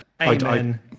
amen